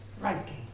ranking